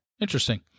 interesting